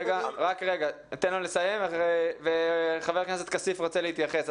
ניתן לשר לסיים ואחר כך תוכל להתייחס.